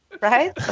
Right